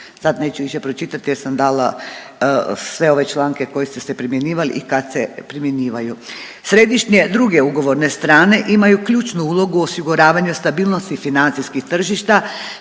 Sad neću više pročitati jer sam dala sve ove članke koji su primjenjivali i kad se primjenjivaju. Središnje druge ugovorne strane imaju ključnu ulogu u osiguravanju financijskih tržišta